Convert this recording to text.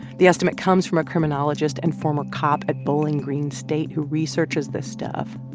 the estimate comes from a criminologist and former cop at bowling green state who researches this stuff.